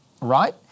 right